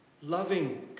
loving